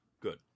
good